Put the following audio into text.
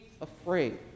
afraid